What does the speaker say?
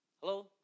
Hello